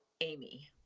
Amy